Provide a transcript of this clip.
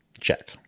check